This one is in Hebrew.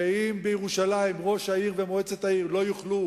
ואם בירושלים ראש העיר ומועצת העיר לא יוכלו